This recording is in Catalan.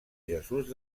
jesús